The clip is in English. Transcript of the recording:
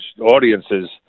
audiences